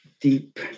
deep